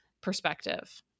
perspective